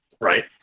Right